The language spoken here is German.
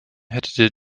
hätte